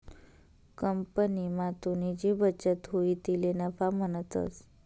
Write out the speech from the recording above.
कंपनीमा तुनी जी बचत हुई तिले नफा म्हणतंस